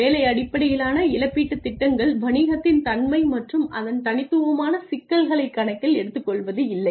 வேலை அடிப்படையிலான இழப்பீட்டுத் திட்டங்கள் வணிகத்தின் தன்மை மற்றும் அதன் தனித்துவமான சிக்கல்களை கணக்கில் எடுத்துக்கொள்வதில்லை